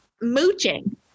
mooching